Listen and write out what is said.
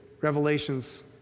Revelations